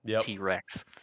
T-Rex